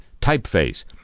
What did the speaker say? typeface